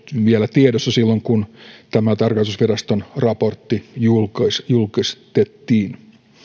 vielä tiedossa silloin kun tämä tarkastusviraston raportti julkistettiin